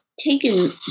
taken